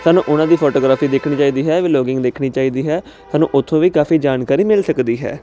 ਸਾਨੂੰ ਉਹਨਾਂ ਦੀ ਫੋਟੋਗ੍ਰਾਫੀ ਦੇਖਣੀ ਚਾਹੀਦੀ ਹੈ ਵਿਲੋਗਿੰਗ ਦੇਖਣੀ ਚਾਹੀਦੀ ਹੈ ਸਾਨੂੰ ਉੱਥੋਂ ਵੀ ਕਾਫੀ ਜਾਣਕਾਰੀ ਮਿਲ ਸਕਦੀ ਹੈ